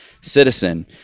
citizen